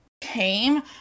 came